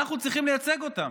אנחנו צריכים לייצג אותם.